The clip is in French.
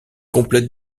complète